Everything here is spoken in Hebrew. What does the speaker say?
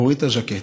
הוריד את הז'קט,